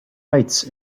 lights